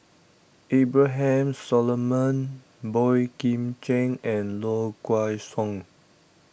Abraham Solomon Boey Kim Cheng and Low Kway Song